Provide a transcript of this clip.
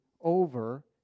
over